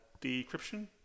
decryption